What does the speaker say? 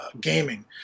gaming